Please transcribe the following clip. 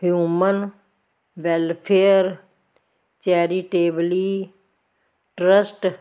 human welfare charitable trust